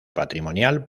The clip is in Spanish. patrimonial